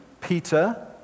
Peter